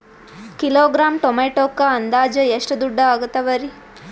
Kilogram ಟೊಮೆಟೊಕ್ಕ ಅಂದಾಜ್ ಎಷ್ಟ ದುಡ್ಡ ಅಗತವರಿ?